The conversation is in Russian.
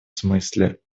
смысле